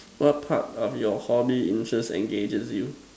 what part of your hobby interest engages you